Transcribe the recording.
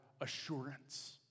assurance